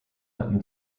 hatten